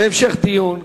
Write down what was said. בהמשך דיון.